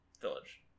village